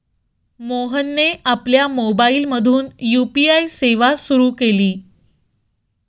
मोहनने आपल्या मोबाइलमधून यू.पी.आय सेवा सुरू केली